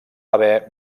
haver